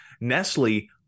Nestle